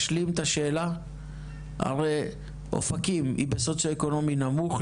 הרי אופקים היא בסוציואקונומי נמוך,